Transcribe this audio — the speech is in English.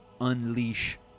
unleash